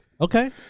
Okay